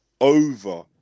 over